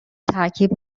ترکیب